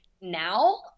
Now